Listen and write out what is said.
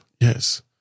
Yes